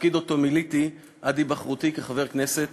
תפקיד שמילאתי עד היבחרי לחבר כנסת